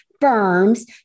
firms